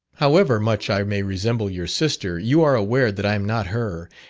however much i may resemble your sister, you are aware that i am not her,